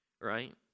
right